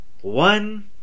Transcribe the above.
one